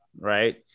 right